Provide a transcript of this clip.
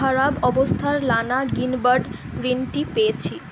খারাপ অবস্থার লানা গ্রিনবার্ড গ্রিন টি পেয়েছি